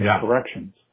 corrections